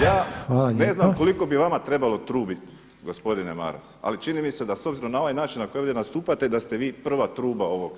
Ja ne znam koliko bi vama trebalo trubiti, gospodine Maras, ali čini mi se da s obzirom na ovaj način na koji ovdje nastupate da ste vi prva truba ovog Sabora.